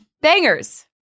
Bangers